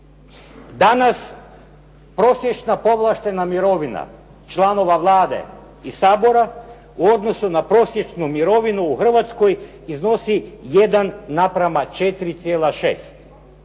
Danas prosječna povlaštena mirovina članova Vlade i Sabora u odnosu na prosječnu mirovinu u Hrvatskoj iznosi 1:4,6.